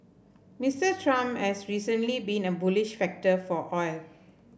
Mister Trump has recently been a bullish factor for oil